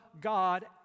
God